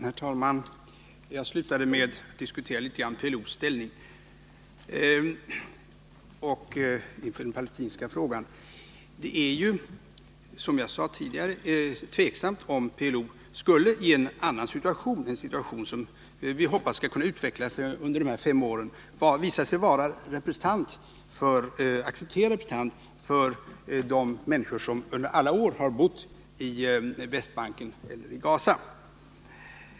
Herr talman! Jag slutade mitt föregående anförande med att diskutera PLO:s ställning och den palestinska frågan. Det är ju, som jag sade tidigare, tveksamt om PLO i en annan situation — som vi hoppas skall kunna utveckla sig under de här fem åren — skulle kunna visa sig vara en accepterad representant för de människor som under alla år har bott på Västbanken eller i Gaza.